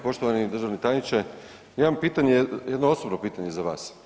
Poštovani državni tajniče, imam pitanje, jedno osobno pitanje za vas.